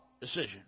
decision